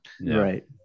right